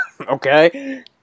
Okay